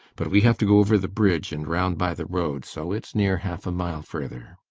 but we have to go over the bridge and round by the road, so it's near half a mile further.